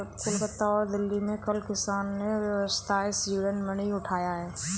कोलकाता और दिल्ली में कल किसान ने व्यवसाय सीड मनी उठाया है